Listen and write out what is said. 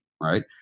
right